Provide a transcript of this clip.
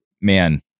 man